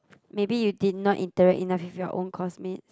maybe you did not interact enough with your own course mates